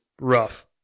rough